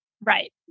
Right